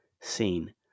seen